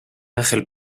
ángel